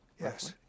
Yes